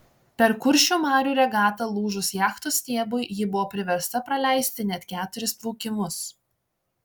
per kuršių marių regatą lūžus jachtos stiebui ji buvo priversta praleisti net keturis plaukimus